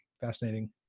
fascinating